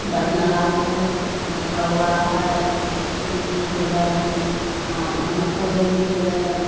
बढ़िऑं लागै हइ जेना कौआ हइ चिरमुन्नी भेलै जेना कोयल भेलै